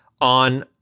on